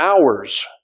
hours